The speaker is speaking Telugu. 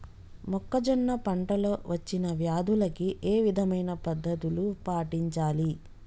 మొక్కజొన్న పంట లో వచ్చిన వ్యాధులకి ఏ విధమైన పద్ధతులు పాటించాలి?